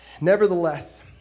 Nevertheless